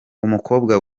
umukobwa